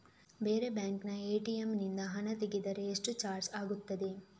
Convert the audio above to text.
ಬೇರೆ ಬ್ಯಾಂಕಿನ ಎ.ಟಿ.ಎಂ ನಿಂದ ಹಣ ತೆಗೆದರೆ ಎಷ್ಟು ಚಾರ್ಜ್ ಆಗುತ್ತದೆ?